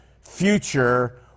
future